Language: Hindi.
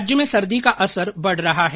प्रदेश में सर्दी का असर बढ़ रहा है